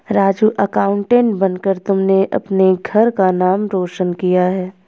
Raju accountant बनकर तुमने अपने घर का नाम रोशन किया है